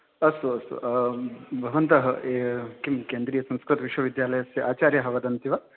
अस्तु अस्तु भवन्तः किं केन्द्रीयसंस्कृतविश्वविद्यालयस्य आचार्याः वदन्ति वा